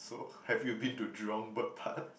so have you been to Jurong Bird Park